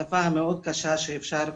השפה המאוד קשה שאפשר,